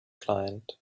client